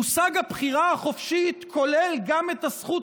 מושג הבחירה החופשית כולל גם את הזכות